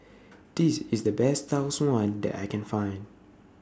This IS The Best Tau Suan that I Can Find